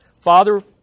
Father